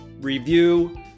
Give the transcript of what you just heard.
review